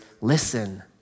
listen